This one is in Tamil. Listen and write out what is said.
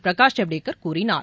பிரகாஷ் ஜவ்டேகர் கூறினார்